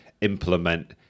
implement